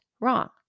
wrong